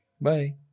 Bye